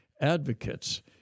advocates